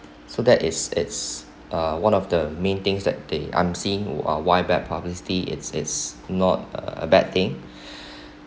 so that is it's uh one of the main things that they I'm seeing who are why bad publicity it's it's not a bad thing